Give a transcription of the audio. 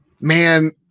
man